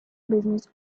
business